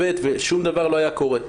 ושום דבר לא היה קורה.